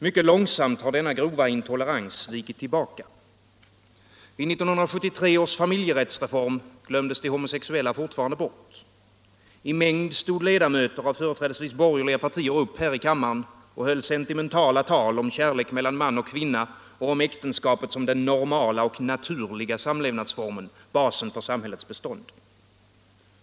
Mycket långsamt har denna grova intolerans vikit tillbaka. Vid 1973 års familjerättsreform glömdes de homosexuella fortfarande bort. I mängd stod ledamöter av företrädesvis borgerliga partier upp här i kammaren och höll sentimentala tal om kärlek mellan man och kvinna och om äktenskapet som den normala och naturliga samlevnadsformen, basen för samhällets bestånd.